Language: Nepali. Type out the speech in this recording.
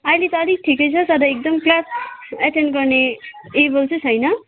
अहिले त अलिक ठिकै छ तर एकदम क्लास एटेन्ड गर्ने एबल चाहिँ छैन